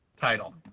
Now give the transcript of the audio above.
Title